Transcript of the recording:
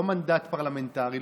לא מנדט פרלמנטרי,